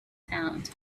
sound